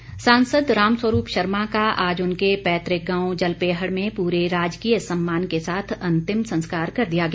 अंतिम संस्कार सांसद रामस्वरूप शर्मा का आज उनके पैतुक गांव जलपेहड़ में पूरे राजकीय सम्मान के साथ अंतिम संस्कार कर दिया गया